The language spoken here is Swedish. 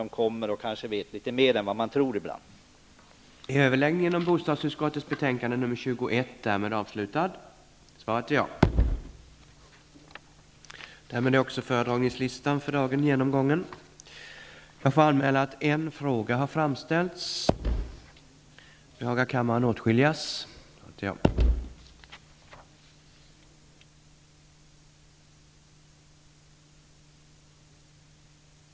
De vet kanske mer än vad man ibland tror.